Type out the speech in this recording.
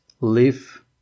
live